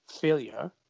failure